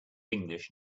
english